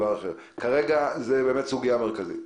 כרגע זאת באמת סוגיה מרכזית.